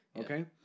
Okay